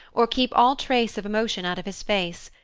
or keep all trace of emotion out of his face,